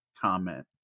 Comment